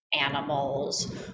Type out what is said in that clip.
animals